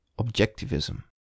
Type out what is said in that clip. Objectivism